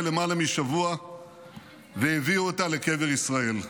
למעלה משבוע והביאו אותה לקבר ישראל.